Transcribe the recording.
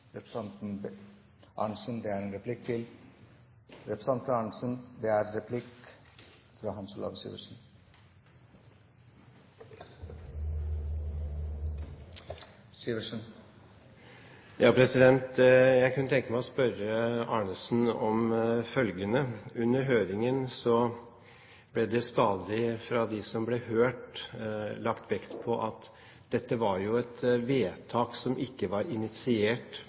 Jeg kunne tenke meg å spørre Arnesen om følgende: Under høringen ble det fra dem som ble hørt, stadig lagt vekt på at dette var et vedtak som ikke var initiert